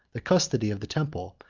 the custody of the temple,